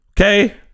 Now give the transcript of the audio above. Okay